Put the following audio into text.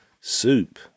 soup